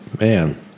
Man